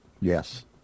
Yes